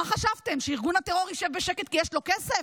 מה חשבתם, שארגון הטרור ישב בשקט כי יש לו כסף?